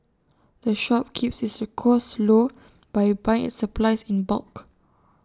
the shop keeps its costs low by buying its supplies in bulk